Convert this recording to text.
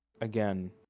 again